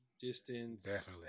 distance